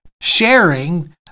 sharing